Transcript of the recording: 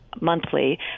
monthly